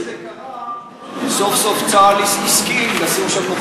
ורק אחרי שזה קרה סוף-סוף צה"ל הסכים לשים שם נוכחות.